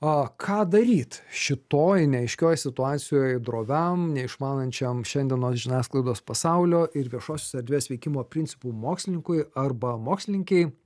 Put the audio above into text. a ką daryt šitoj neaiškioj situacijoj droviam neišmanančiam šiandienos žiniasklaidos pasaulio ir viešosios erdvės veikimo principų mokslininkui arba mokslininkei